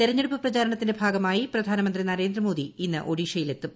തെരഞ്ഞെടുപ്പ് പ്രചാരണത്തിന്റെ ഭാഗമായി പ്രധാനമന്ത്രി നരേന്ദ്രമേദി ഇന്ന് ഒഡീഷയിലെത്തും